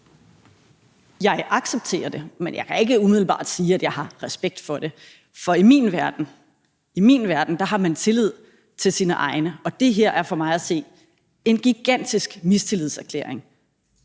Jeg accepterer det, men jeg kan ikke umiddelbart sige, at jeg har respekt for det, for i min verden – i min verden – har man tillid til sine egne, og det her er for mig at se en gigantisk mistillidserklæring.